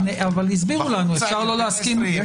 הסבירו לנו אפשר לא להסכים.